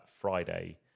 friday